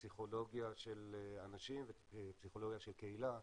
פסיכולוגיה של אנשים ופסיכולוגיה של קהילה,